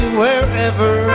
wherever